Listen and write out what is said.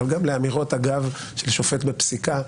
אבל גם לאמירות אגב של שופט בפסיקה,